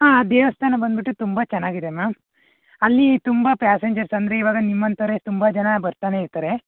ಹಾಂ ಆ ದೇವಸ್ಥಾನ ಬಂದುಬಿಟ್ಟು ತುಂಬ ಚೆನ್ನಾಗಿದೆ ಮ್ಯಾಮ್ ಅಲ್ಲಿ ತುಂಬ ಪ್ಯಾಸೆಂಜರ್ಸ್ ಅಂದರೆ ಇವಾಗ ನಿಮ್ಮಂತೋರೇ ತುಂಬ ಜನ ಬರ್ತನೇ ಇರ್ತಾರೆ